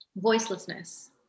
voicelessness